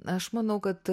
aš manau kad